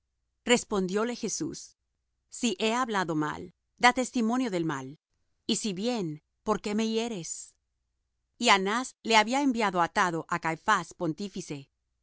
pontífice respondióle jesús si he hablado mal da testimonio del mal y si bien por qué me hieres y anás le había enviado atado á caifás pontífice